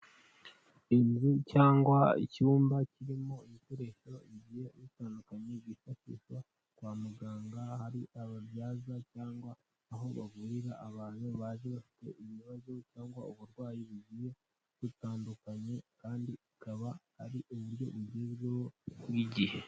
Inzu cyangwa icyumba kirimo ibikoresho bigiye bitandukanye bifashishwa kwa muganga, hari ababyaza cyangwa aho bavurira abantu baje bafite ibibazo cyangwa uburwayi bugiye butandukanye kandi ikaba ari uburyo bugezweho bw'igihe.